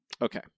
okay